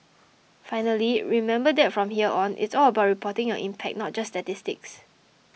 finally remember that from here on it's all about reporting your impact not just statistics